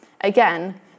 Again